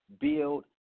build